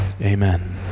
Amen